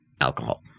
alcohol